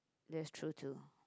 that's true too